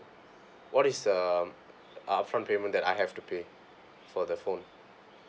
what is the uh upfront payment that I have to pay for the phone